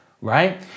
right